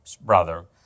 brother